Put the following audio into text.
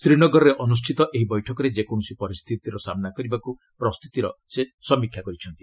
ଶ୍ରୀନଗରରେ ଅନୁଷ୍ଠିତ ଏହି ବୈଠକରେ ଯେକୌଣସି ପରିସ୍ଥିତିର ସାମ୍ବା କରିବାକୁ ପ୍ରସ୍ତୁତିର ସମୀକ୍ଷା କରାଯାଇଛି